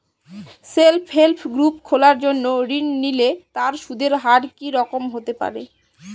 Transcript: Self help group খোলার জন্য ঋণ নিলে তার সুদের হার কি রকম হতে পারে?